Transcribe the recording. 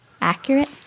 accurate